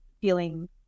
feeling